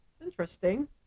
interesting